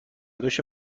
دوش